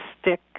stick